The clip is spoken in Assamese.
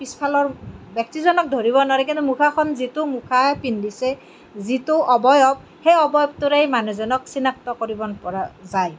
পিছফালৰ ব্যক্তিজনক ধৰিব নোৱাৰে কিন্তু মুখাখন যিটো মুখাহে পিন্ধিছে যিটো অবয়ৱ সেই অবয়ৱটোৰেই মানুহজনক চিনাক্ত কৰিব পৰা যায়